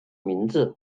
名字